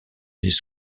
les